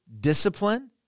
discipline